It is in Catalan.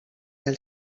del